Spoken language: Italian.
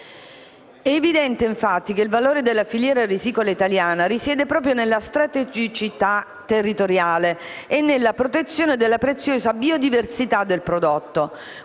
È evidente che il valore della filiera risicola italiana risiede proprio nella strategicità territoriale e nella protezione della preziosa biodiversità del prodotto.